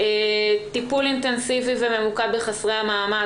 טיפול אינטנסיבי וממוקד בחסרי המעמד